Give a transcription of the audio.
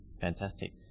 Fantastic